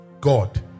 God